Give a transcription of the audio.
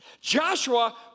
Joshua